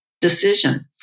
decision